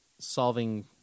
solving –